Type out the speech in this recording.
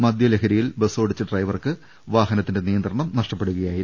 മദ്യലഹരിയിൽ ബസ്സോടിച്ചു ഡ്രൈവർക്ക് വാഹനത്തിന്റെ നിയന്ത്രണം നഷ്ടപ്പെടുകയായിരുന്നു